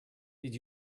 did